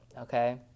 okay